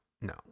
no